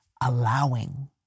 allowing